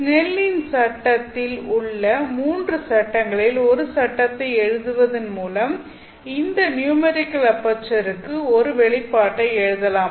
ஸ்னெல்லின் சட்டத்தில் Snell's law உள்ள மூன்று சட்டங்களில் ஒரு சட்டத்தை எழுதுவதன் மூலம் இந்த நியூமெரிக்கல் அபெர்ச்சரச்சருக்கு ஒரு வெளிப்பாட்டைப் எழுதலாம்